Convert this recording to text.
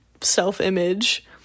self-image